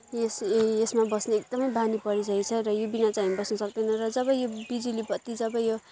यस यसमा बस्ने एकदमै बानी परिसकेको छ र यो बिना चाहिँ हामी बस्न सक्दैनौँ र जब यो बिजुली बत्ती जब यो